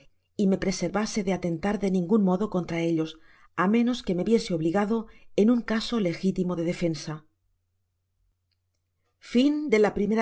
y me preservase de atentar de ningun modo contra ellos ámenos que me viese obligado en un caso legitimo de defensa